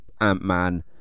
Ant-Man